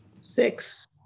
Six